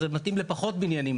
זה מתאים לפחות בניינים,